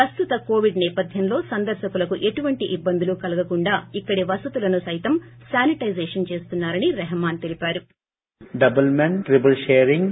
ప్రస్తుత కోవిడ్ నేపథ్యంలో సందర్పకులకు ఎటువంటి ఇబ్బందులు కలకుండా ఇక్కడి వసతులను సైతం శానిటైజేషన్ చేస్తున్నా రని రెహ్మోన్ తెలిపారు